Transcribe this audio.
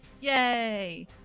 Yay